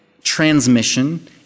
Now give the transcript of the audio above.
transmission